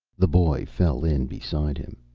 the boy fell in beside him.